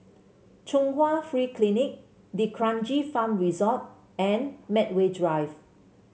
Chung Hwa Free Clinic D'Kranji Farm Resort and Medway Drive